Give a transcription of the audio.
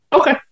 Okay